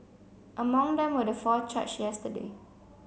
among them were the four charged yesterday